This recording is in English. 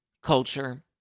Culture